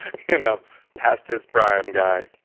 you know past his prime guy.